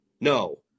No